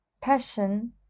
passion